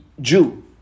Jew